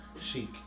Chic